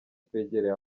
twegereye